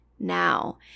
now